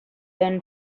then